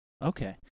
Okay